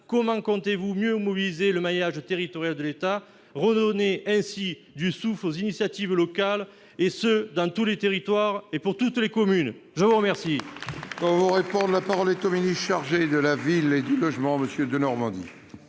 comment comptez-vous mieux mobiliser le maillage territorial de l'État et redonner ainsi du souffle aux initiatives locales, et ce dans tous les territoires et pour toutes les communes ? La parole